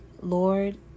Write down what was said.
Lord